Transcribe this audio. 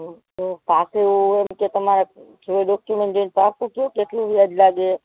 હં તો પાકું એમ કે તમારા જે ડોક્યુમન્ટ જોઈને પાકું કહો કેટલું વ્યાજ લાગે